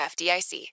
FDIC